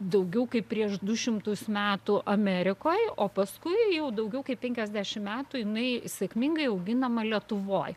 daugiau kaip prieš du šimtus metų amerikoj o paskui jau daugiau kaip penkiasdešimt metų jinai sėkmingai auginama lietuvoj